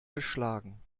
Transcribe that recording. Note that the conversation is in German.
geschlagen